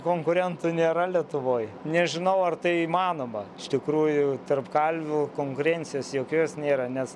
konkurentų nėra lietuvoj nežinau ar tai įmanoma iš tikrųjų tarp kalvių konkurencijos jokios nėra nes